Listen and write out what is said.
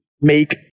make